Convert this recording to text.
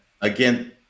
Again